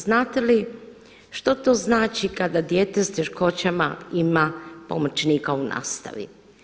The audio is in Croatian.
Znate li što to znači kada dijete s teškoćama ima pomoćnika u nastavi?